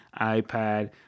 iPad